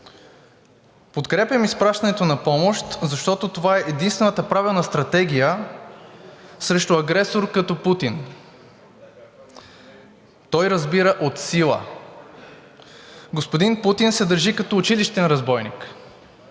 Подкрепям изпращането на помощ, защото това е единствената правилна стратегия срещу агресор като Путин. Той разбира от сила. Господин Путин се държи като училищен разбойник.